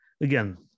again